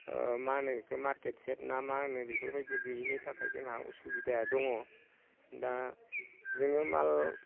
मा होनो बेखौ मारकेट सेट ना मा होनो बेखौ बेफोरबायदि गैयिनि थाखाय जोंहा उसुबिदा दङ दा जोङो माल